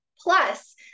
Plus